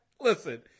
Listen